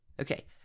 Okay